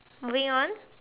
moving on